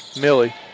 Millie